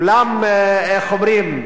כולם, איך אומרים?